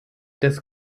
des